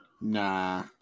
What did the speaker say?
nah